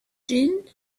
gin